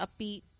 upbeat